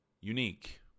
unique